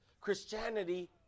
Christianity